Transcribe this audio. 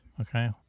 Okay